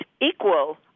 equal